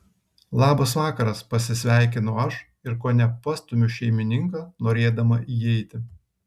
labas vakaras pasisveikinu aš ir kone pastumiu šeimininką norėdama įeiti